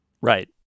Right